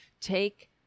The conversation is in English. take